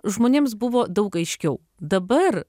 žmonėms buvo daug aiškiau dabar